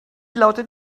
lautet